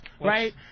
right